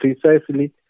precisely